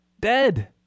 Dead